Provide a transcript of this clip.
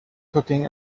cooking